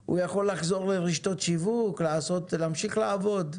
הוא יכול לחזור לרשתות שיווק, להמשיך לעבוד.